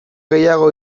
gehiago